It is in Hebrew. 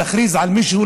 להכריז על מישהו,